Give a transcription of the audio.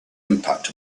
impact